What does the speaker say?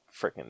freaking